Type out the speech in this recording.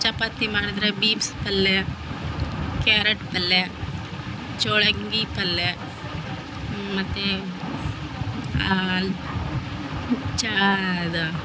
ಚಪಾತಿ ಮಾಡಿದರೆ ಬೀಮ್ಸ್ ಪಲ್ಯ ಕ್ಯಾರೇಟ್ ಪಲ್ಯ ಚೋಳಂಗಿ ಪಲ್ಯ ಮತ್ತು ಅಲ್ ಚಾದ